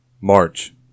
march